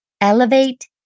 elevate